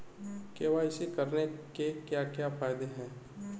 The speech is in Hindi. के.वाई.सी करने के क्या क्या फायदे हैं?